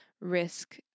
risk